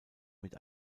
mit